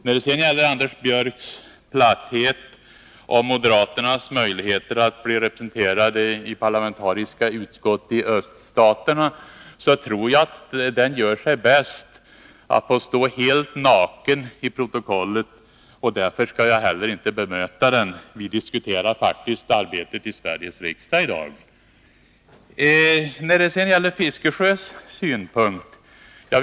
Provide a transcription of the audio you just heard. Jag tror att Anders Björcks platthet om moderaternas möjligheter att bli representerade i parlamentariska utskott i öststaterna gör sig bäst, om den får stå helt naken i protokollet. Därför skall jag inte bemöta den. I dag diskuterar vi faktiskt arbetet i Sveriges riksdag. Jag går så över till Bertil Fiskesjös synpunkter.